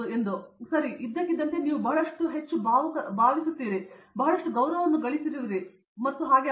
ಸರಿ ಆದ್ದರಿಂದ ಇದ್ದಕ್ಕಿದ್ದಂತೆ ನೀವು ಬಹಳಷ್ಟು ಹೆಚ್ಚು ಭಾವಿಸುತ್ತೀರಿ ನೀವು ಬಹಳಷ್ಟು ಗೌರವವನ್ನು ಗಳಿಸಿರುವಿರಿ ಮತ್ತು ಅದು